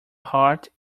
heart